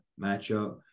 matchup